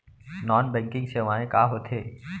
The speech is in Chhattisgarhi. नॉन बैंकिंग सेवाएं का होथे?